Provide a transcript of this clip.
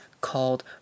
called